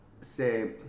say